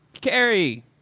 Carrie